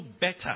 better